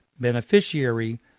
beneficiary